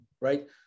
right